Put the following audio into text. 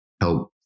help